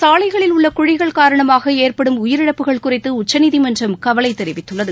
சாலைகளில் உள்ள குழிகள் காரணமாக ஏற்பாடும் உயிரிழப்புகள் குறித்த உச்சநீதிமன்றம் கவலை தெரிவித்துள்ளது